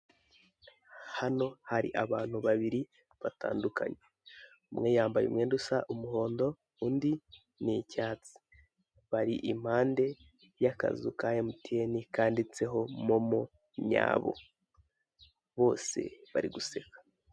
Hano hari abantu babiri batandukanye umwe yambaye umwenda usa umuhondo undi n'icyatsi bari impande ya kazu ka emutiyeni kanditseho momo nyabo bose bari guseka.